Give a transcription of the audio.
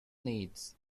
needs